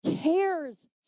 cares